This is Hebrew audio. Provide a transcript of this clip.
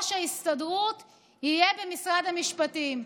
יושב-ראש ההסתדרות, יהיה במשרד המשפטים.